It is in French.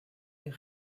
est